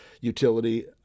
utility